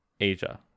Asia